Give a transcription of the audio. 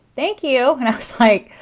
thank you. and i was like,